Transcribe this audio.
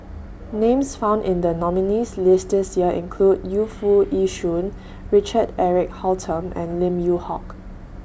Names found in The nominees' list This Year include Yu Foo Yee Shoon Richard Eric Holttum and Lim Yew Hock